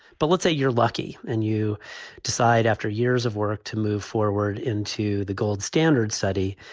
but let's say you're lucky and you decide after years of work to move forward into the gold standard study.